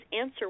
answer